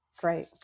Great